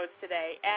today